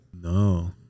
No